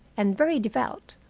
and very devout.